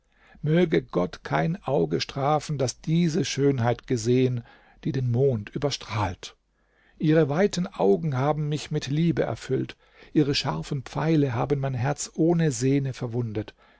möge gott kein auge strafen das diese schönheit gesehen die den mond überstrahlt ihre weiten augen haben mich mit liebe erfüllt ihre scharfen pfeile haben mein herz ohne sehne verwundet